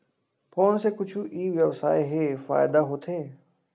Phone से कुछु ई व्यवसाय हे फ़ायदा होथे?